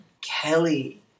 Kelly